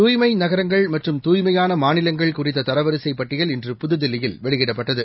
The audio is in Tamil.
துய்மை நகரங்கள் மற்றும் துய்மையான மாநிலங்கள் குறித்த தரவரிசைப் பட்டியல் இன்று புதுதில்லியில் வெளியிடப்பட்டது